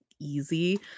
easy